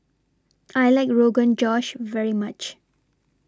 I like Rogan Josh very much